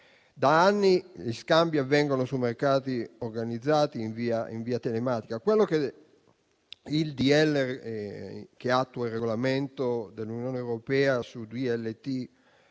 da anni gli scambi avvengono su mercati organizzati in via telematica. Il decreto-legge che attua il regolamento dell'Unione europea sul DLT